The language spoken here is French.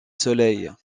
soleil